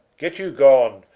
get you gone,